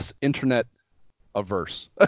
internet-averse